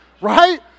Right